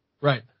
right